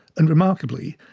and, remarkably,